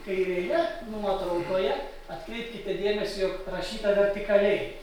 kairėje nuotraukoje atkreipkite dėmesį jog rašyta vertikaliai